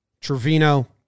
Trevino